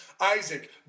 Isaac